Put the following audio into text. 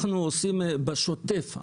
אנחנו עושים בדיקות בשוטף.